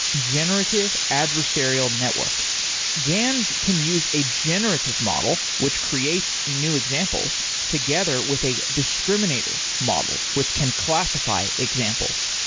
generative adversarial networks gans can use a generative model, which creates new examples together with a discriminator model, which can classify examples.